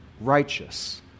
righteous